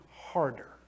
harder